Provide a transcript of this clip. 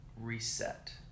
reset